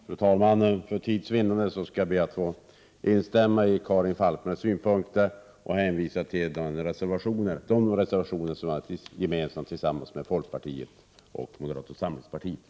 Fru talman! För tids vinnande ber jag att få instämma i Karin Falkmers synpunkter, och jag hänvisar till de reservationer som centerpartiet har avgivit gemensamt med folkpartiet och moderata samlingspartiet.